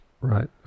Right